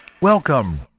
Welcome